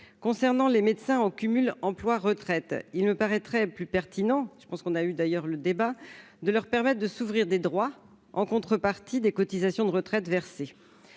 concernant les médecins en cumul emploi-retraite, il me paraîtrait plus pertinent, je pense qu'on a eu d'ailleurs le débat de leur permettent de s'ouvrir des droits en contrepartie des cotisations de retraite versée